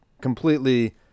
completely